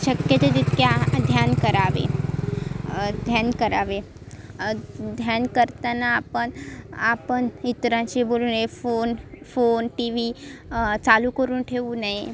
शक्यतो ते तितक्या ध्यान करावे ध्यान करावे ध्यान करताना आपण आपण इतरांशी बोलू नये फोन फोन टी व्ही चालू करून ठेवू नये